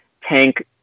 tank